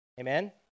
Amen